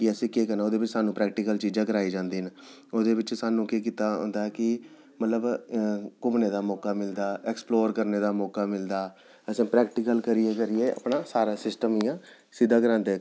कि असें केह् करना ओह्दे बिच सानूं प्रैक्टिकल चीजां कराई जांदियां न ओह्दे बिच सानूं केह् कीते दा होंदा कि मतलब घूमने दा मौका मिलदा एक्सप्लोर करने दा मौका मिलदा असें प्रैक्टिकल करी करियै सारा सिस्टम इ'यां सिद्धा करांदे